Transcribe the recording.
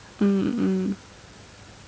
mm mm